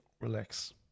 relax